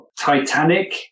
Titanic